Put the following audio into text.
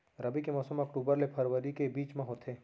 रबी के मौसम अक्टूबर ले फरवरी के बीच मा होथे